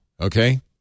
Okay